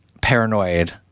paranoid